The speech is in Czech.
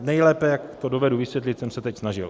Nejlépe, jak to dovedu vysvětlit, jsem se teď snažil.